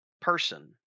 Person